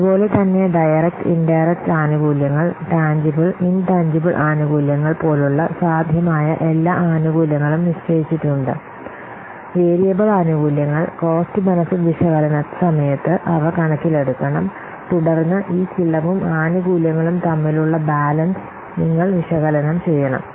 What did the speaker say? അതുപോലെ തന്നെ direct indirect ആനുകൂല്യങ്ങൾ ടാൻജിബിൽ ഇൻടാൻജിബിൽ ആനുകൂല്യങ്ങൾ പോലുള്ള സാധ്യമായ എല്ലാ ആനുകൂല്യങ്ങളും നിശ്ചയിച്ചിട്ടുണ്ട് വേരിയബിൾ ആനുകൂല്യങ്ങൾ കോസ്റ്റ് ബെനിഫിറ്റ് വിശകലന സമയത്ത് അവ കണക്കിലെടുക്കണം തുടർന്ന് ഈ ചെലവും ആനുകൂല്യങ്ങളും തമ്മിലുള്ള ബാലൻസ് നിങ്ങൾ വിശകലനം ചെയ്യണം